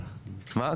אופיר,